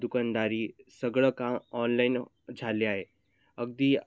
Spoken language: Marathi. दुकानदारी सगळं काम ऑनलाईन झाले आहे अगदी